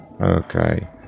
Okay